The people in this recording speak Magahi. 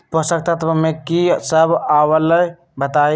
पोषक तत्व म की सब आबलई बताई?